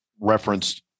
referenced